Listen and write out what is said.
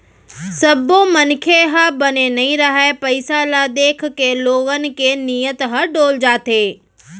सब्बो मनखे ह बने नइ रहय, पइसा ल देखके लोगन के नियत ह डोल जाथे